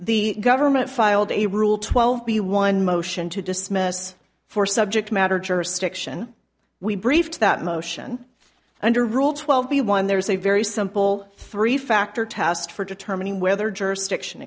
the government filed a rule twelve b one motion to dismiss for subject matter jurisdiction we briefed that motion under rule twelve b one there is a very simple three factor test for determining whether jurisdiction